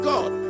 God